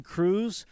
Cruz